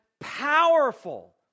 powerful